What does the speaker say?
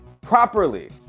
properly